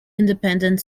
independent